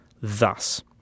thus